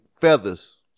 feathers